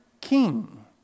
king